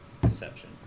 deception